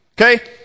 Okay